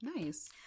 Nice